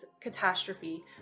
catastrophe